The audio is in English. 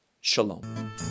Shalom